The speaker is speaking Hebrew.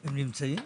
נמצאים.